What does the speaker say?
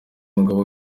mugabo